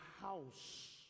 house